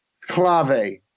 clave